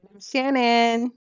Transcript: Shannon